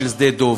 של שדה-דב.